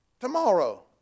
Tomorrow